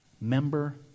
member